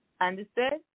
Understood